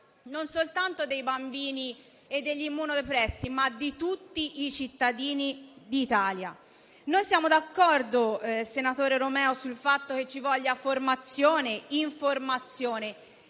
non soltanto dei bambini e degli immunodepressi, ma di tutti i cittadini d'Italia? Siamo d'accordo, senatore Romeo, sul fatto che ci vogliano formazione e informazione: